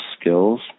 skills